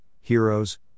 heroes